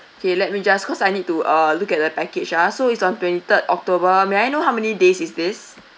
K let me just cause I need to uh look at the package ah so it's on twenty third october may I know how many days is this